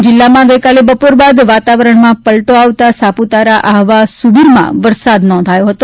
ડાંગ જીલ્લામાં બપોર બાદથી વાતાવરણમાં પલટો આવતા સાપુતારા આહવા સુબીરમાં વરસાદ થયો હતો